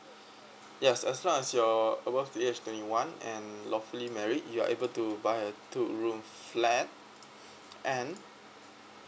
yes as long as you're above the age of twenty one and lawfully married you are able to buy a two room flat and